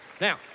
Now